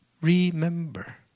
Remember